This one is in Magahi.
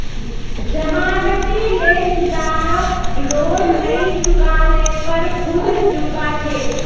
जमानती लेनदारक लोन नई चुका ल पर खुद चुका छेक